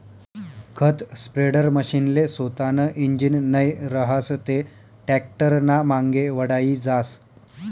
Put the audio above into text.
खत स्प्रेडरमशीनले सोतानं इंजीन नै रहास ते टॅक्टरनामांगे वढाई जास